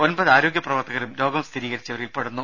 ഒമ്പത് ആരോഗ്യ പ്രവർത്തകരും രോഗം സ്ഥിരീകരിച്ചവരിൽ പെടുന്നു